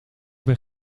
ben